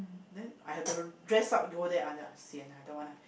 then I have to dress up over there !aiya! sian lah don't want lah